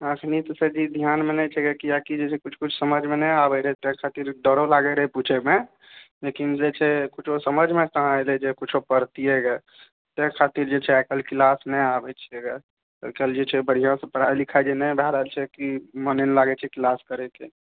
अखनी त सर जी ध्यान में नै छै कियाकि कुछ कुछ समझ म नै आबय रहय तैं ख़ातिर डरो लागै रहै पूछैमे लेकिन जे छै कुछो समझमे कहाँ एलै जे कुछो करतियै गऽ अय खातिर आइ काल्हि क्लासमे नहि आबै छियै गऽ आइ काल्हि जे छै बढ़िआँसँ पढ़ाई लिखाई जे नहि भए रहल छी की मने नहि लागै छै क्लास करे कए